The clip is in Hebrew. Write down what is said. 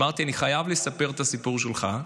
אמרתי שאני חייב לספר את הסיפור שלך.